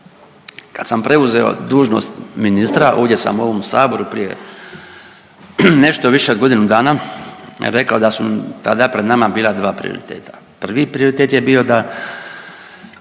Kad sam preuzeo dužnost ministra, ovdje sam u ovom saboru prije nešto više od godinu dana rekao da su tada pred nama bila dva prioriteta. Prvi prioritet je bio da